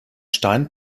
stein